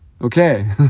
Okay